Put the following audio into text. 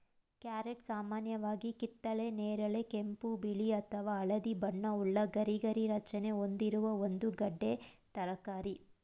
carrot ಸಾಮಾನ್ಯವಾಗಿ ಕಿತ್ತಳೆ ನೇರಳೆ ಕೆಂಪು ಬಿಳಿ ಅಥವಾ ಹಳದಿ ಬಣ್ಣವುಳ್ಳ ಗರಿಗರಿ ರಚನೆ ಹೊಂದಿರುವ ಒಂದು ಗೆಡ್ಡೆ ತರಕಾರಿ